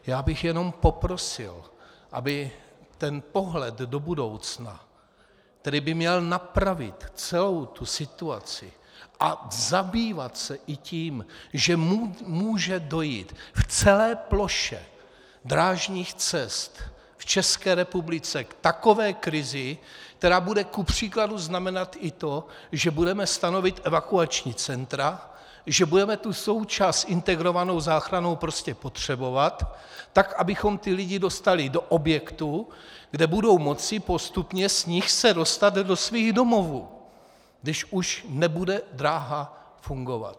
Já bych jenom poprosil, aby pohled do budoucna, který by měl napravit celou tu situaci a zabývat se i tím, že může dojít v celé ploše drážních cest v České republice k takové krizi, která bude kupříkladu znamenat i to, že budeme stanovovat evakuační centra, že budeme tu součást integrovanou záchrannou prostě potřebovat, tak abychom ty lidi dostali do objektů, z nichž se budou moci postupně dostat do svých domovů, když už nebude dráha fungovat.